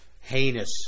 heinous